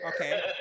Okay